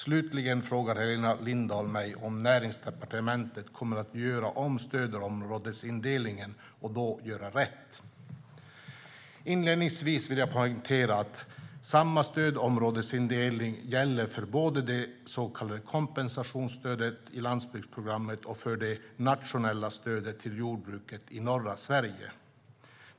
Slutligen har Helena Lindahl frågat mig om Näringsdepartementet kommer att göra om stödområdesindelningen och då göra rätt. Inledningsvis vill jag poängtera att samma stödområdesindelning gäller både för det så kallade kompensationsstödet i landsbygdsprogrammet och för det nationella stödet till jordbruket i norra Sverige.